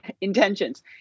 intentions